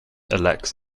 elects